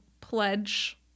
pledge